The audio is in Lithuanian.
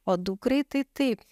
o dukrai tai taip